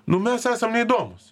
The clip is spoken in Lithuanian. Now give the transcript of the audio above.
nu mes esam neįdomūs